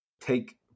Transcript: take